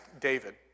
David